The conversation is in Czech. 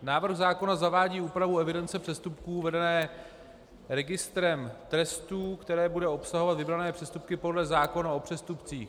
Návrh zákona zavádí úpravu evidence přestupků vedené registrem trestů, která bude obsahovat vybrané přestupky podle zákona o přestupcích.